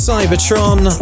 Cybertron